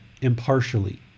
impartially